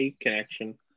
connection